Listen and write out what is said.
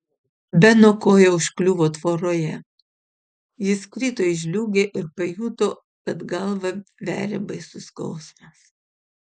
beno koja užkliuvo tvoroje jis krito į žliūgę ir pajuto kad galvą veria baisus skausmas